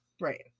Right